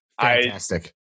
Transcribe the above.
Fantastic